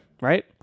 Right